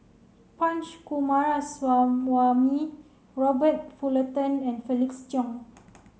Punch Coomaraswamy Robert Fullerton and Felix Cheong